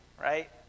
right